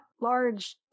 large